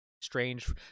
strange